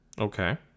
Okay